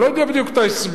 אני לא יודע בדיוק את ההסבר,